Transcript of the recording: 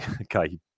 Okay